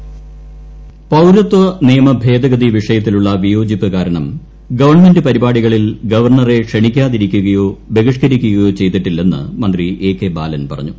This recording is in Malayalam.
പൌരത്വനിയമഭേദഗതി പൌരത്വനിയമഭേദഗതി വിഷയത്തിലുള്ള വിയോജിപ്പ് കാരണം ഗവൺമെന്റ് പരിപാടികളിൽ ഗവർണറെ ക്ഷണിക്കാതിരിക്കുകയോ ബഹിഷ്കരിക്കുകയോ ചെയ്തിട്ടില്ലെന്ന് മന്ത്രി എ കെ ബാലൻ പറഞ്ഞു